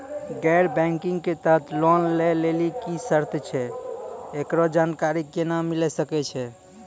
गैर बैंकिंग के तहत लोन लए लेली की सर्त छै, एकरो जानकारी केना मिले सकय छै?